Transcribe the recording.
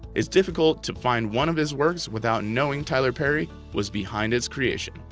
it's difficult to find one of his works without knowing tyler perry was behind its creation.